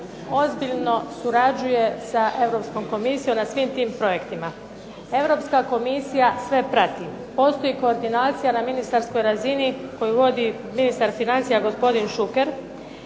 ozbiljno surađuje sa Europskom komisijom na svim tim projektima. Europska komisija sve prati. Postoji koordinacija na ministarskoj razini koju vodi ministar financija gospodin Šuker.